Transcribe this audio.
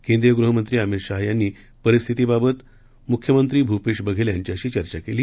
केंद्रीय गृहमंत्री अमित शहा यांनी परिस्थितीबाबत मुख्यमंत्री भूपेश बघेल यांच्याशी चर्चा केली